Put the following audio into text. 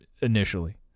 initially